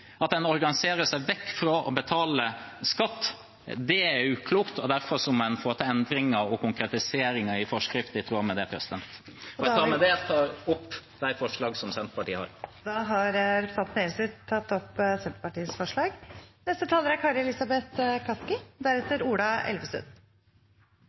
at en organiserer seg vekk fra å betale skatt. Det er uklokt, og derfor må en få til endringer og konkretiseringer i forskrift i tråd med det. Jeg tar med dette opp Senterpartiets forslag. Da har representanten Sigbjørn Gjelsvik tatt opp